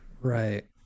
Right